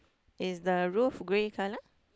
is the roof grey colour